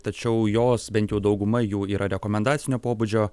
tačiau jos bent jau dauguma jų yra rekomendacinio pobūdžio